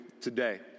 today